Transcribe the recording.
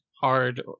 hard